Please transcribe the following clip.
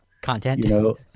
content